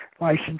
license